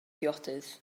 ddiodydd